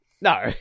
No